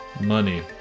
money